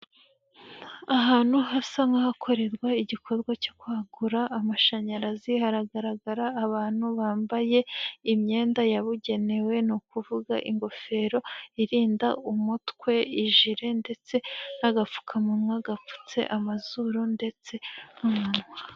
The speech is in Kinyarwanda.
Ahantu hasa nk'ahakorerwa igikorwa cyo kwagura amashanyarazi, haragaragara abantu bambaye imyenda yabugenewe ni ukuvuga ingofero irinda umutwe, ijire ndetse n'agapfukamunwa gapfutse amazuru ndetse n'umunwa.